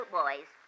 boys